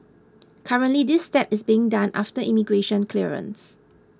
currently this step is being done after immigration clearance